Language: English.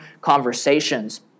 conversations